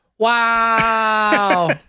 Wow